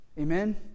Amen